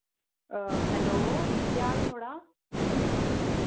hello केह् हाल थोआढ़ा